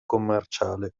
commerciale